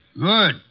Good